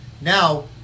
Now